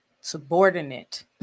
subordinate